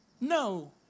No